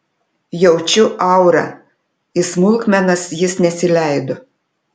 jaučiu aurą į smulkmenas jis nesileido